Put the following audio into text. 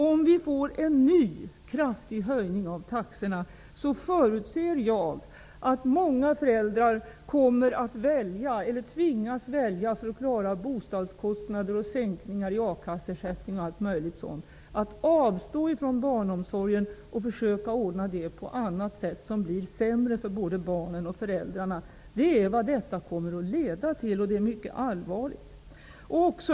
Om vi får en ny kraftig höjning av taxorna förutser jag att många föräldrar kommer att välja -- eller kommer att tvingas välja, för att klara bostadskostnader, sänkningar i a-kasseersättningar och allt möjligt annat -- att avstå från barnomsorgen och försöka ordna tillsynen på annat sätt. Det blir sämre för både barnen och föräldrarna. Det är vad detta kommer att leda till, och det är mycket allvarligt.